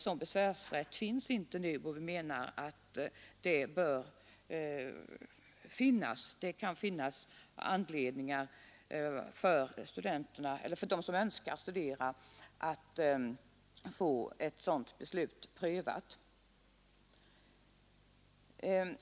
Sådan besvärsrätt finns inte nu, men vi menar att det bör göra det. Det kan finnas anledningar för dem som önskar studera att få ett beslut av centrala studiehjälpsnämnden prövat.